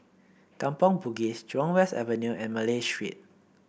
Kampong Bugis Jurong West Avenue and Malay Street